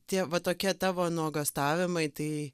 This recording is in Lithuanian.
tie va tokie tavo nuogąstavimai tai